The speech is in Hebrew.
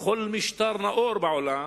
בכל משטר נאור בעולם